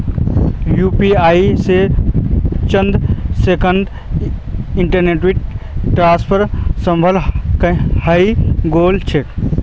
UPI स चंद सेकंड्सत इलेक्ट्रॉनिक ट्रांसफर संभव हई गेल छेक